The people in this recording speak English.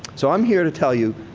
so, i'm here to tell you,